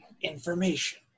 information